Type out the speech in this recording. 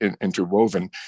interwoven